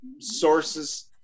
sources